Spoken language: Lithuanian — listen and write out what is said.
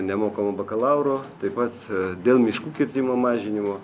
nemokamo bakalauro taip pat dėl miškų kirtimo mažinimo